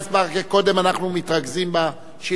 קודם אנחנו מתרכזים בשאילתא עצמה.